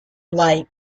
light